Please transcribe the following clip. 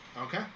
Okay